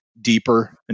deeper